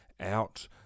out